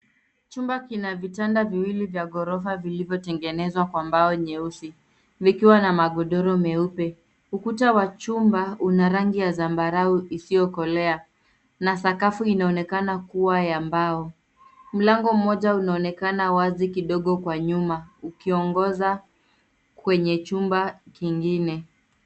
Chumba kina vitanda viwili vya ghorofa vilivyotengenezwa kwa mbao nyeusi , vikiwa na magodoro meupe. Ukuta wa chumba una rangi ya zambarau isiyokolea, na sakafu inaonekana kuwa ya mbao. Mlango mmoja unaonekana wazi kidogo kwa nyuma, ukiongoza kwenye chumba kingine.